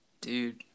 Dude